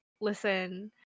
listen